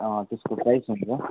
अँ त्यसको प्राइज हुन्छ